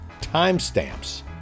timestamps